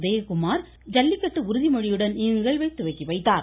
உதயகுமார் ஜல்லிக்கட்டு உறுதிமொழியுடன் இந்நிகழ்வை துவக்கிவைத்தார்